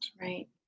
right